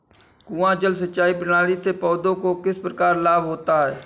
कुआँ जल सिंचाई प्रणाली से पौधों को किस प्रकार लाभ होता है?